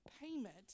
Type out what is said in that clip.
payment